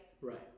Right